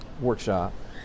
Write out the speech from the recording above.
workshop